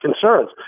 concerns